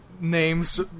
names